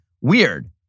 Weird